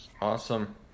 Awesome